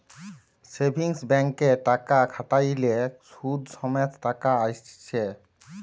savings ব্যাংকে টাকা খ্যাট্যাইলে সুদ সমেত টাকা আইসে